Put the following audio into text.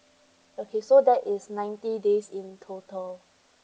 okay so that is ninety days in total